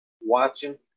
watching